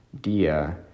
dia